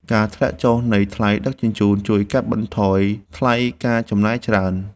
ការធ្លាក់ចុះនៃថ្លៃដឹកជញ្ជូន ជួយកាត់បន្ថយថ្លៃការចំណាយច្រើន។